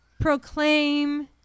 proclaim